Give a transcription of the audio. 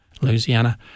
Louisiana